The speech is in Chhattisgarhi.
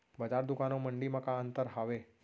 बजार, दुकान अऊ मंडी मा का अंतर हावे?